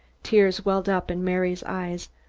tears welled up in mary's eyes.